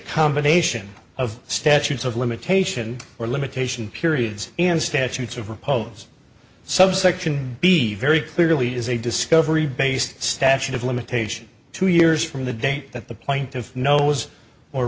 combination of statutes of limitation or limitation periods and statutes of repose subsection be very clearly is a discovery based statute of limitations two years from the date that the plaintiff knows or